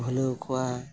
ᱵᱷᱩᱞᱟᱹᱣ ᱠᱚᱣᱟ